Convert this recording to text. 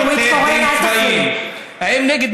זה לא נכון.